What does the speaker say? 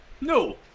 No